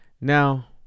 Now